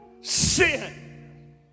sin